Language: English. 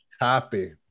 Happy